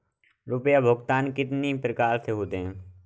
रुपया भुगतान कितनी प्रकार के होते हैं?